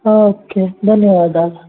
okay ధన్యవాదాలు